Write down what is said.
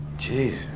Jeez